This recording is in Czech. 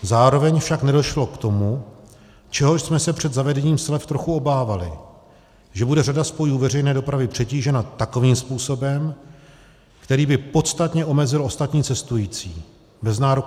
Zároveň však nedošlo k tomu, čehož jsme se před zavedením slev trochu obávali, že bude řada spojů veřejné dopravy přetížena takovým způsobem, který by podstatně omezil ostatní cestující bez nároku na slevu.